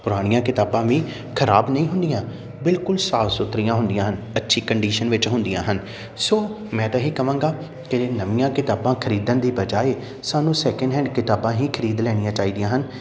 ਪੁਰਾਣੀਆਂ ਕਿਤਾਬਾਂ ਵੀ ਖਰਾਬ ਨਹੀਂ ਹੁੰਦੀਆਂ ਬਿਲਕੁਲ ਸਾਫ ਸੁਥਰੀਆਂ ਹੁੰਦੀਆਂ ਹਨ ਅੱਛੀ ਕੰਡੀਸ਼ਨ ਵਿੱਚ ਹੁੰਦੀਆਂ ਹਨ ਸੋ ਮੈਂ ਤਾਂ ਇਹੀ ਕਵਾਂਗਾ ਕਿ ਨਵੀਆਂ ਕਿਤਾਬਾਂ ਖਰੀਦਣ ਦੀ ਬਜਾਏ ਸਾਨੂੰ ਸੈਕਿੰਡ ਹੈਂਡ ਕਿਤਾਬਾਂ ਹੀ ਖਰੀਦ ਲੈਣੀਆਂ ਚਾਹੀਦੀਆਂ ਹਨ